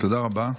תודה רבה.